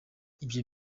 ibyo